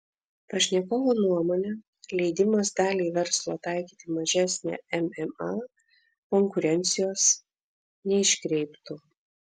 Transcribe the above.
pašnekovo nuomone leidimas daliai verslo taikyti mažesnę mma konkurencijos neiškreiptų